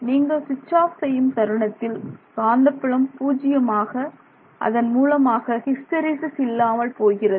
நீங்கள் சுவிட்ச் ஆப் செய்யும் தருணத்தில் காந்தப்புலம் பூஜ்ஜியமாக அதன் மூலமாக ஹிஸ்டரிஸ் இல்லாமல் போகிறது